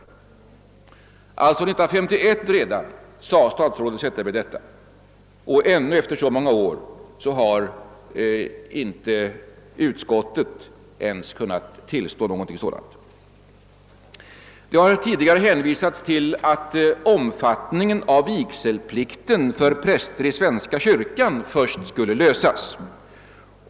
Det var alltså redan 1951 som statsrådet Zetterberg sade detta, men ännu efter så många år som gått sedan dess har utskottet inte velat tillstå någonting sådant. Det har tidigare hänvisats till att frågan om omfattningen av vigselplikten för präster i svenska kyrkan först borde lösas.